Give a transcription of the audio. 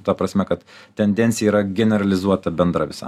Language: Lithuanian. ta prasme kad tendencija yra generalizuota bendra visam